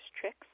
tricks